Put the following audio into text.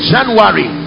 January